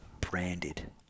branded